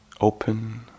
Open